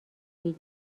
هیچ